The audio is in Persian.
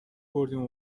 بردیم